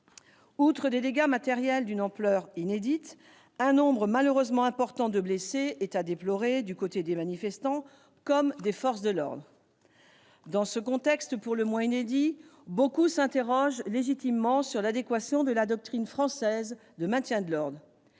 Outre des dégâts matériels d'une ampleur inédite, un nombre malheureusement important de blessés est à déplorer, du côté des manifestants comme des forces de l'ordre. Dans ce contexte pour le moins inédit, beaucoup s'interrogent, légitimement, sur l'adéquation de la doctrine française de maintien de l'ordre.